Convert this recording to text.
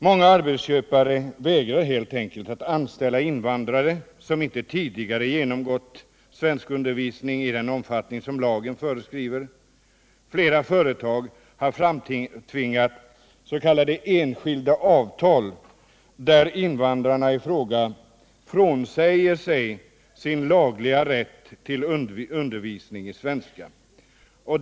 Många arbetsköpare vägrar helt enkelt att anställa invandrare som inte tidigare genomgått svenskundervisning i den omfattning som lagen föreskriver. Flera företag har framtvingat enskilda ”avtal”, där invandrarna i fråga frånsäger sig sin lagliga rätt till undervisning i svenska.